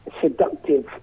seductive